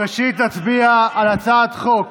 ראשית נצביע על הצעת חוק